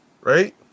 right